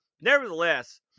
Nevertheless